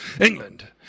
england